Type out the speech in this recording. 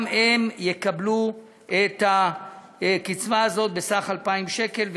גם הם יקבלו את הקצבה הזאת בסך 2,000 שקל,